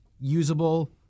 usable